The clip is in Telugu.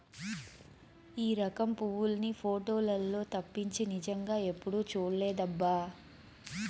ఈ రకం పువ్వుల్ని పోటోలల్లో తప్పించి నిజంగా ఎప్పుడూ చూడలేదబ్బా